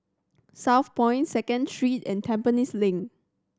Southpoint Second Street and Tampines Link